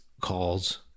calls